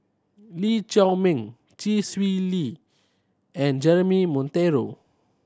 Lee Chiaw Meng Chee Swee Lee and Jeremy Monteiro